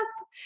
up